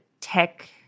tech